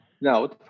No